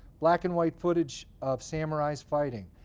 black and white footage of samurais fighting.